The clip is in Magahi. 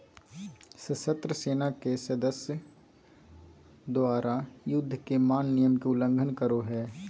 सशस्त्र सेना के सदस्य द्वारा, युद्ध के मान्य नियम के उल्लंघन करो हइ